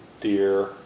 deer